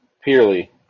purely